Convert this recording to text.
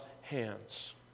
hands